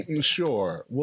sure